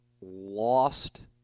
lost